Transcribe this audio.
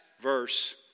verse